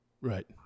Right